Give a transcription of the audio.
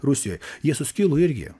rusijoj jie suskilo irgi